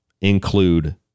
include